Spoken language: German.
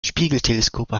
spiegelteleskope